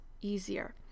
easier